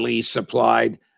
supplied